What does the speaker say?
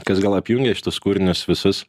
kas gal apjungia šituos kūrinius visus